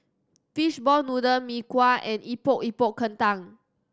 fishball noodle Mee Kuah and Epok Epok Kentang